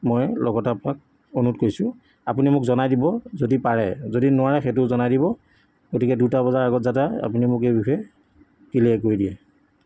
মই লগতে আপোনাক অনুৰোধ কৰিছোঁ আপুনি মোক জনাই দিব যদি পাৰে যদি নোৱাৰে সেইটোও জনাই দিব গতিকে দুটা বজাৰ আগত যাতে আপুনি মোক এই বিষয়ে ক্লিলেৰ কৰি দিয়ে